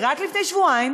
ורק לפני שבועיים